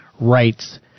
rights